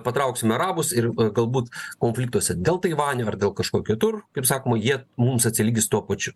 patrauksime arabus ir galbūt konfliktuose dėl taivanio ar dėl kažko kitur kaip sakoma jie mums atsilygis tuo pačiu